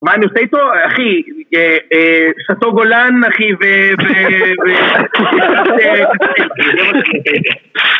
מה אני עושה איתו? אחי, שטו גולן, אחי, ו...